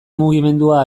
mugimendua